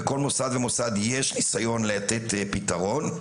בכל מוסד ומוסד יש ניסיון לתת פתרון,